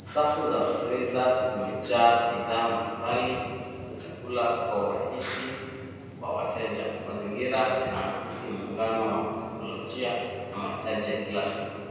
Safu za freezer zimejaa bidhaa mbalimbali na chakula kwa urahisi wa wateja mazingira hizi ni muungano wa teknolojia na mahitaji ya kila siku.